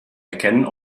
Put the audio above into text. erkennen